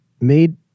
made